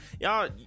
Y'all